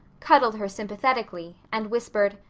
cuddled her sympathetically, and whispered,